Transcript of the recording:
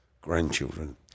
grandchildren